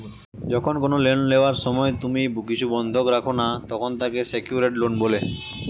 যখন কোনো লোন নেওয়ার সময় তুমি কিছু বন্ধক রাখো না, তখন তাকে সেক্যুরড লোন বলে